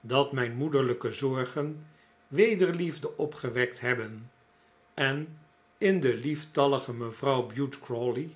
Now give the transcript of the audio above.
dat mijn moederlijke zorgen wederliefde opgewekt hebben en in de lieftallige mevrouw bute